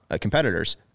competitors